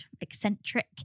eccentric